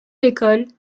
l’école